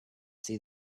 see